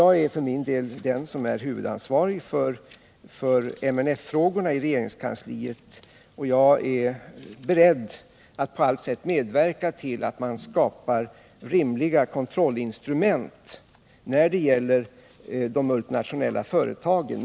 Jag är den som är huvudansvarig för MNF-frågorna i regeringskansliet, och jag är beredd att på allt sätt medverka till att man skapar rimliga kontrollinstrument när det gäller de multinationella företagen.